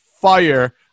fire